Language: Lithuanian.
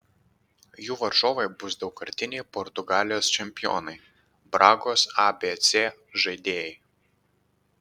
jų varžovai bus daugkartiniai portugalijos čempionai bragos abc žaidėjai